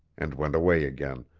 and went away again,